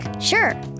Sure